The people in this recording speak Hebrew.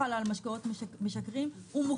איך זה לעומת מקומות אחרים בעולם?